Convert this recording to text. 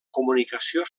comunicació